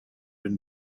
been